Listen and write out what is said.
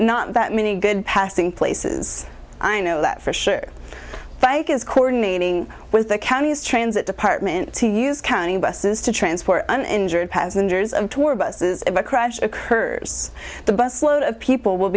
not that many good passing places i know that for sure bike is coordinating with the county's transit department to use county buses to transport an injured passengers of tour buses if a crash occurs the bus load of people will